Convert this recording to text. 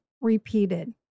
repeated